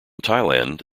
thailand